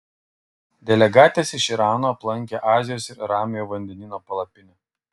delegatės iš irano aplankė azijos ir ramiojo vandenyno palapinę